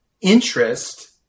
interest